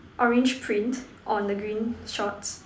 orange print on the green shorts